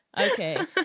okay